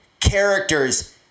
characters